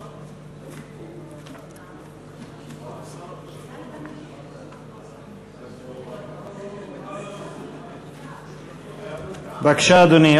בבקשה, אדוני.